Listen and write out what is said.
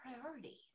priority